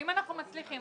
אם אנחנו מצליחים,